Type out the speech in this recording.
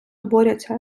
борються